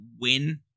win